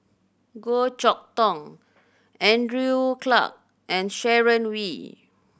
Goh Chok Tong Andrew Clarke and Sharon Wee